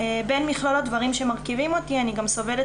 בין מכלול הדברים שמרכיבים אותי אני גם סובלת